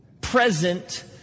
present